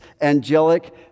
angelic